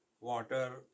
water